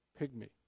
pygmy